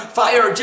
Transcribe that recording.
fire